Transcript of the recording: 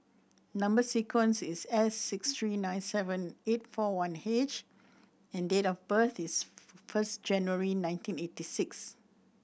number sequence is S six three nine seven eight four one H and date of birth is first January nineteen eighty six